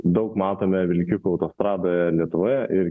daug matome vilkikų autostradoje lietuvoje ir